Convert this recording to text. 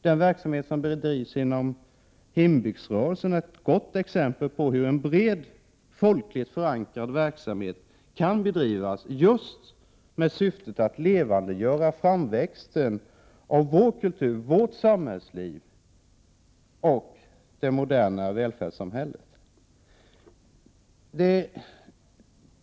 Den verksamhet som bedrivs inom hembygdsrörelsen är ett gott exempel på hur en bred, folkligt förankrad verksamhet kan bedrivas just med syftet att levandegöra framväxten av vår kultur, vårt samhällsliv och det moderna välfärdssamhället.